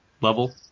level